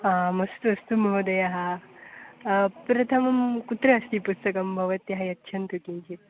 आम् अस्तु अस्तु महोदयाः प्रथमं कुत्र अस्ति पुस्तकं भवत्यः यच्छन्तु किञ्चित्